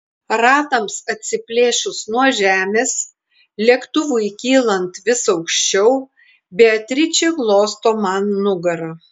ratams atsiplėšus nuo žemės lėktuvui kylant vis aukščiau beatričė glosto man nugarą